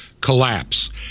Collapse